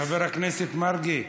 חבר הכנסת מרגי,